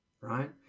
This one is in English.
right